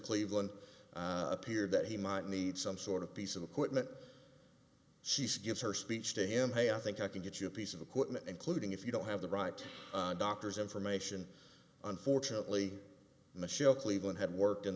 cleveland appeared that he might need some sort of piece of equipment she's give her speech to him hey i think i can get you a piece of equipment including if you don't have the right doctors information unfortunately michelle cleveland had worked in